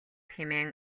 хэмээн